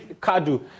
Kadu